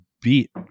beat